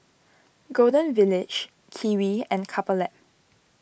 Golden Village Kiwi and Couple Lab